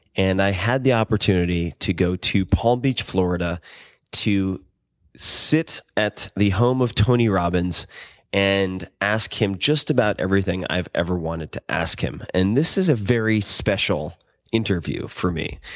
and i had the opportunity to go to palm beach, florida to sit at the home of tony robbins and ask him just about everything i've ever wanted to ask him. and this is a very special interview for me.